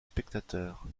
spectateurs